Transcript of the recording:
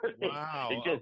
Wow